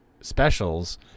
specials